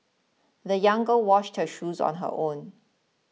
the young girl washed her shoes on her own